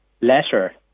letter